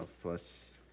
plus